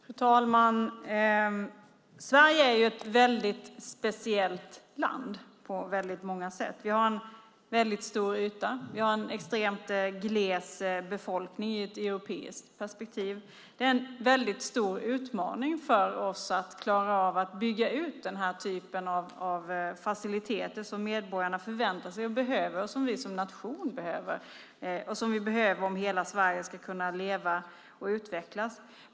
Fru talman! Sverige är ett speciellt land på många sätt. Vi har en stor yta. Vi har en extremt gles befolkning i ett europeiskt perspektiv. Det är en stor utmaning för oss att klara av att bygga ut denna typ av faciliteter, som medborgarna förväntar sig och behöver och som vi som nation behöver. Vi behöver detta om hela Sverige ska kunna leva och utvecklas.